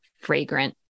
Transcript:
fragrant